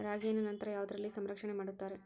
ರಾಗಿಯನ್ನು ನಂತರ ಯಾವುದರಲ್ಲಿ ಸಂರಕ್ಷಣೆ ಮಾಡುತ್ತಾರೆ?